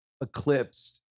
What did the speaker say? eclipsed